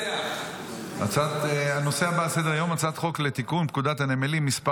הנושא הבא על סדר-היום: הצעת חוק לתיקון פקודת הנמלים (מס'